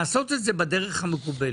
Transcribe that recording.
לעשות את זה בדרך המקובלת.